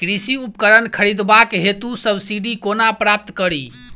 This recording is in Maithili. कृषि उपकरण खरीदबाक हेतु सब्सिडी कोना प्राप्त कड़ी?